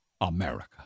America